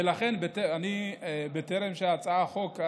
ולכן, בטרם הצעת החוק הזאת,